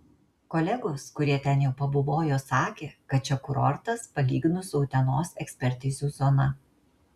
kolegos kurie ten jau pabuvojo sakė kad čia kurortas palyginus su utenos ekspertizių zona